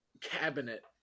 cabinet